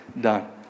done